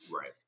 Right